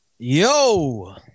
yo